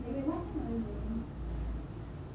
wait what time are we going